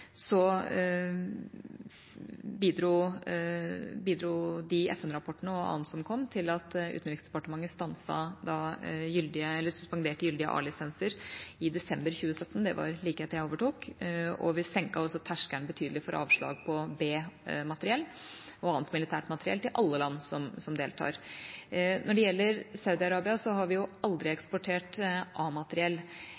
bidro de FN-rapportene og annet som kom, til at Utenriksdepartementet suspenderte gyldige A-lisenser i desember 2017. Det var like etter at jeg overtok. Vi senket også terskelen betydelig for avslag på B-materiell og annet militært materiell til alle land som deltar. Når det gjelder Saudi-Arabia, har vi jo aldri